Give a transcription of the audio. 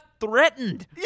threatened